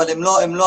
אבל הם לא העניין,